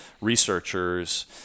researchers